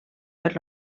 per